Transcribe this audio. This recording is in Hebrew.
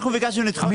מבחינה טכנית,